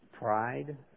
pride